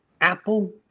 Apple